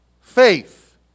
Faith